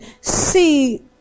see